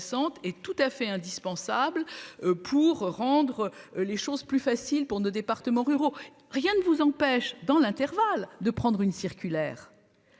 et tout à fait indispensable. Pour rendre les choses plus faciles pour nos départements ruraux. Rien ne vous empêche dans l'intervalle, de prendre une circulaire.